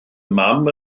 mam